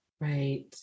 Right